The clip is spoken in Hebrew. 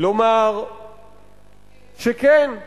לומר שכן,